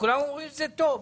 כולם אומרים שזה טוב.